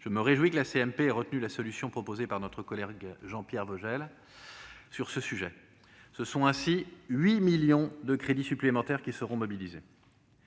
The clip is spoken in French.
Je me réjouis donc que la CMP ait retenu la solution proposée par notre collègue Jean-Pierre Vogel sur ce sujet. Ce sont ainsi 8 millions d'euros de crédits supplémentaires qui seront mobilisés.